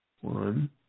One